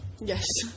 Yes